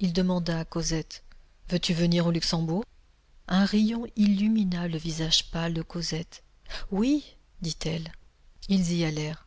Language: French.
il demanda à cosette veux-tu venir au luxembourg un rayon illumina le visage pâle de cosette oui dit-elle ils y allèrent